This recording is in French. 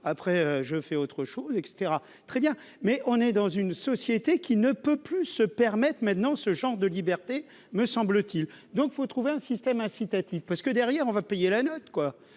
après, je fais autre chose, et cetera, très bien, mais on est dans une société qui ne peut plus se permettent maintenant ce genre de liberté, me semble-t-il, donc il faut trouver un système incitatif parce que derrière on va payer la note, quoi,